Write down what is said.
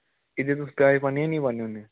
एह्दे च तुस प्याज़ पान्ने होन्ने जां नेईं पान्ने होन्ने